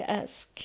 ask